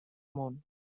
mund